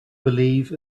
believe